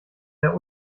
der